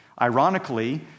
Ironically